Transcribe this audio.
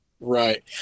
Right